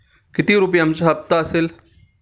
किती रुपयांचा हप्ता असेल?